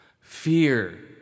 fear